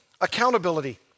accountability